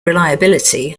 reliability